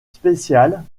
spéciales